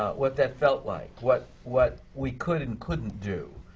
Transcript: what that felt like, what what we could and couldn't do.